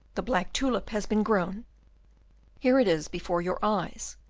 the black tulip has been grown here it is before your eyes,